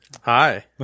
Hi